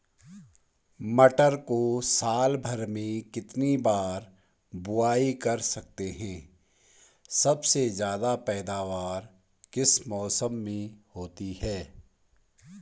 मटर को साल भर में कितनी बार बुआई कर सकते हैं सबसे ज़्यादा पैदावार किस मौसम में होती है?